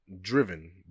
driven